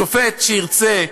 שופט שירצה,